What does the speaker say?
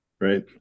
right